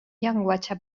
llenguatge